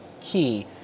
key